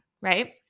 Right